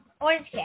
Orange